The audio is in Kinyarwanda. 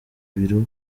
biro